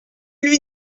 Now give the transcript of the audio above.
lui